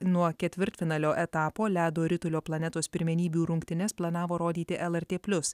nuo ketvirtfinalio etapo ledo ritulio planetos pirmenybių rungtynes planavo rodyti lrt plius